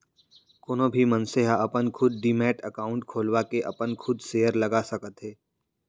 कोनो भी मनसे ह अपन खुद डीमैट अकाउंड खोलवाके अपन खुद सेयर लगा सकत हे